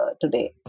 today